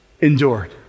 endured